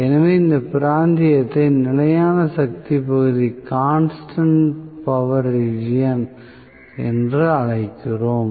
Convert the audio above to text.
எனவே இந்த பிராந்தியத்தை நிலையான சக்தி பகுதி என்று அழைக்கிறோம்